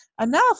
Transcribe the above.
enough